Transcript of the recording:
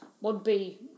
would-be